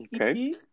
Okay